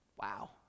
Wow